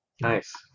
Nice